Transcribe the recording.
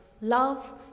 Love